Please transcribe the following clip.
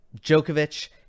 Djokovic